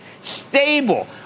stable